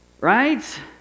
Right